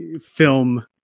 film